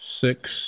Six